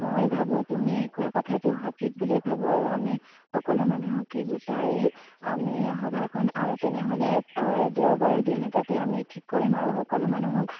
মই ভাবোঁ তুমি কোৱা কথাটো সঠিক বুলিয়ে ভাবো আৰু আমি সকলো মানুহকে গোটায়ে আমি সভাখন তেনেহ'লে দেওবাৰ দিন এটাতে আমি ঠিক কৰিম আৰু সকলো মানুহক